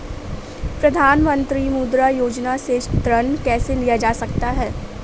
प्रधानमंत्री मुद्रा योजना से ऋण कैसे लिया जा सकता है?